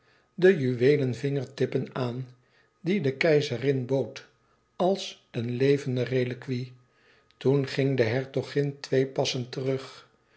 de juweelen vingertippen aan die de keizerin bood als een levende reliquie toen ging de hertogin twee passen terug